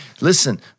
listen